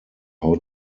how